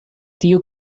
tiu